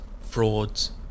frauds